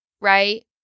right